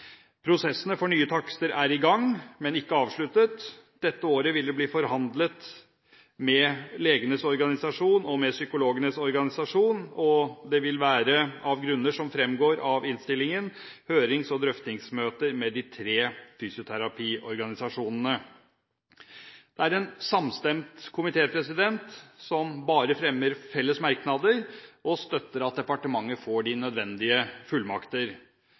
Prosessene for nye takster er i gang, men ikke avsluttet. Dette året vil det bli forhandlet med legenes organisasjon og med psykologenes organisasjon, og det vil være av grunner som fremgår av innstillingen, hørings- og drøftingsmøter med de tre fysioterapiorganisasjonene. Det er samstemt komité, som bare fremmer felles merknader og støtter at departementet får de nødvendige fullmakter.